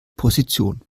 position